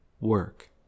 work